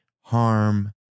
harm